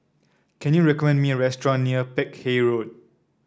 can you recommend me a restaurant near Peck Hay Road